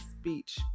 speech